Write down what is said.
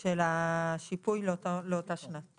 של השיפוי לאותה שנה צריך להיות בהתאם.